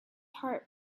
heart